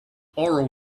oral